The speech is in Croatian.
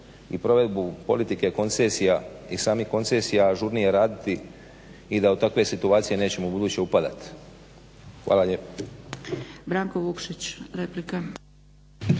i provedbu politike koncesija i samih koncesija ažurnije raditi i da u takve situacije nećemo ubuduće upadat. Hvala lijepo.